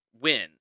win